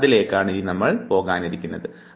അതായിരിക്കും നമ്മുടെ അടുത്ത പഠന ശ്രേണി